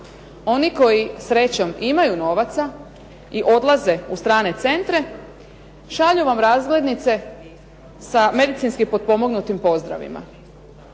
Oni koji srećom imaju novaca i odlaze u strane centre šalju vam razglednice sa medicinski potpomognutim pozdravima.